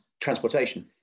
transportation